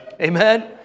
Amen